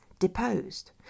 deposed